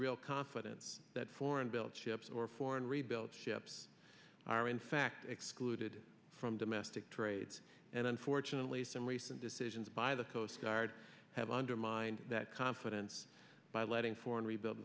real confidence that foreign built ships or foreign rebuilds ships are in fact excluded from domestic trade and unfortunately some recent decisions by the coast guard have undermined that confidence by letting foreign rebuild